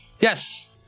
Yes